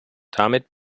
damit